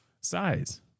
Size